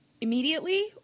immediately